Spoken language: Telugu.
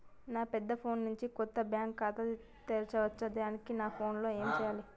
నా పెద్ద ఫోన్ నుండి కొత్త బ్యాంక్ ఖాతా తెరవచ్చా? దానికి నా ఫోన్ లో ఏం చేయాలి?